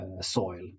soil